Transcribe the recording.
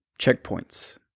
checkpoints